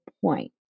point